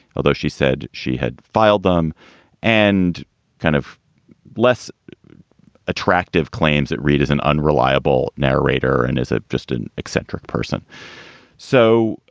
although she said she had filed them and kind of less attractive claims that reid is an unreliable narrator and isn't ah just an eccentric person so,